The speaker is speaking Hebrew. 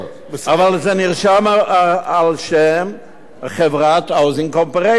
אבל זה נרשם על-שם "Housing Council Corporation".